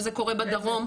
וזה קורה בדרום,